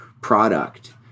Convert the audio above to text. product